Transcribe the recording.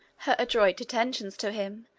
her adroit attentions to him,